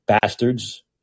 bastards